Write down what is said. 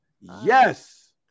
yes